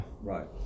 Right